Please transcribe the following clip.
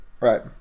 Right